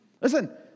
Listen